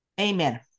amen